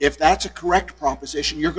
if that's a correct proposition you're